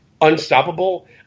unstoppable